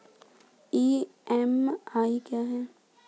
EMI क्या है?